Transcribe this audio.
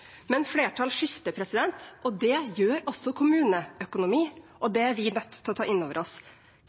Men flertall skifter, det gjør også kommuneøkonomien, og det er vi nødt til å ta inn over oss.